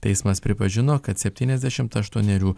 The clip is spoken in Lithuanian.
teismas pripažino kad septyniasdešimt aštuonerių